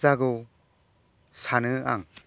जागौ सानो आं